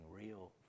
real